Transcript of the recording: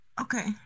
Okay